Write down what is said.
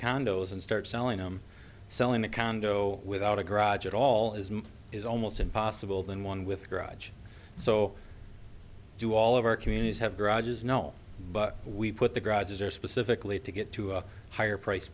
condos and start selling i'm selling a condo without a garage at all is is almost impossible than one with garage so do all of our communities have garages no but we put the garage is there specifically to get to a higher price